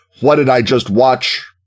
what-did-I-just-watch